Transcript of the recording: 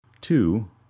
Two